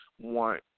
want